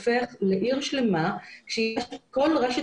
לזה והחור השחור הזה הופך לעיר שלמה שכל רשת